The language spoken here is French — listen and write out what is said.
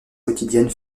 quotidienne